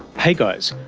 hey guys,